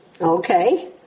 Okay